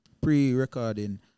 pre-recording